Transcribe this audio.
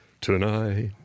tonight